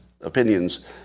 opinions